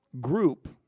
group